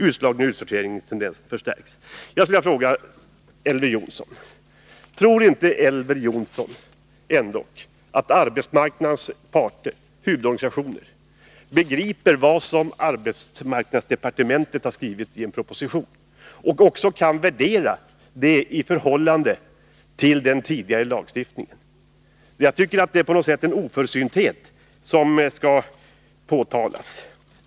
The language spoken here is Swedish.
Utslagningsoch utsorteringstendenserna förstärks.” Tror inte Elver Jonsson att arbetsmarknadens parter, huvudorganisationerna, begriper vad arbetsmarknadsdepartementet har skrivit i en proposition och kan värdera det i förhållande till den tidigare lagstiftningen? Att insinuera något annat är, tycker jag, en oförsynthet som skall påtalas.